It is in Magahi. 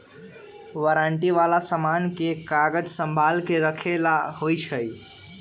वारंटी वाला समान के कागज संभाल के रखे ला होई छई